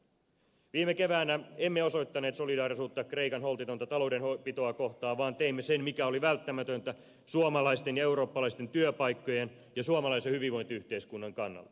viime keväänä emme osoittaneet solidaarisuutta kreikan holtitonta taloudenpitoa kohtaan vaan teimme sen mikä oli välttämätöntä suomalaisten ja eurooppalaisten työpaikkojen ja suomalaisen hyvinvointiyhteiskunnan kannalta